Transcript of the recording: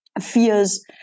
fears